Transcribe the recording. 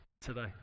today